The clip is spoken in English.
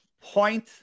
point